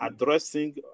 addressing